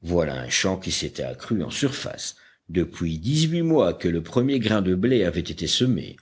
voilà un champ qui s'était accru en surface depuis dix-huit mois que le premier grain de blé avait été semé